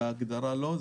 בהגדרה לא.